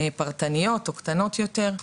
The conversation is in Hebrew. פרטניות או קטנות יותר.